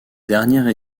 dernière